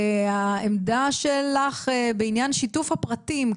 העמדה שלך בעניין שיתוף הפרטים,